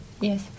Yes